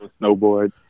snowboard